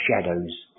shadows